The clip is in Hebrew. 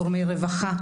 גורמי רווחה,